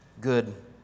good